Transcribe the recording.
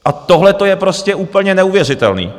A tohleto je prostě úplně neuvěřitelné.